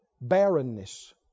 Barrenness